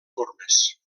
formes